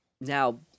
Now